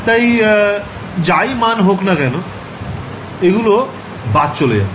তাই যাই মাণ হোক না কেন এগুলো বাদ চলে যাবে